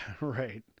right